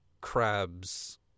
crabs